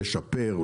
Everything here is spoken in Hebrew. לשפר,